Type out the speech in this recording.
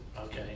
okay